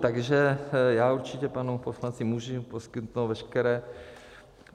Takže já určitě panu poslanci můžu poskytnout veškeré